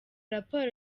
raporo